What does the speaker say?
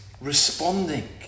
responding